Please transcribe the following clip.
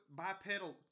bipedal